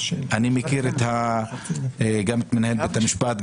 אני מכיר גם את מנהל בתי המשפט,